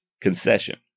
concession